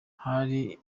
hari